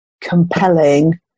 compelling